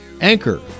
Anchor